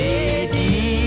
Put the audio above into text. Lady